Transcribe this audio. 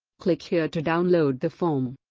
click here to download the form